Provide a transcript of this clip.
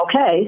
okay